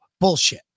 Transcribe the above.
Bullshit